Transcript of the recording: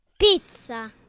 Pizza